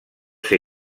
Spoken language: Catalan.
ser